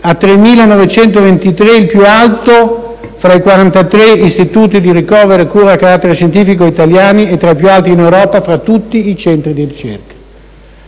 a 3.923,83, il più alto fra i 43 istituti di ricovero e cura a carattere scientifico italiani e tra i più alti in Europa fra tutti i centri di ricerca.